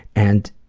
and,